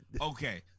Okay